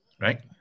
Right